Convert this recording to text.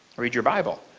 read your bible.